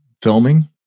filming